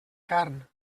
carn